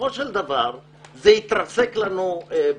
בסופו של דבר זה יתרסק לנו בפנים.